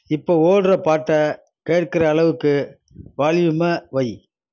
இப்போ ஓடுற பாட்டை கேட்கிற அளவுக்கு வால்யூமை வை